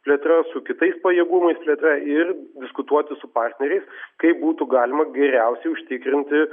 plėtra su kitais pajėgumais plėtra ir diskutuoti su partneriais kaip būtų galima geriausiai užtikrinti